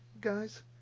guys